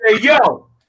yo